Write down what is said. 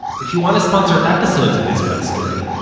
if you want to sponsor episodes of israel story,